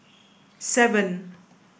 seven